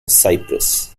cyprus